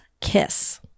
Kiss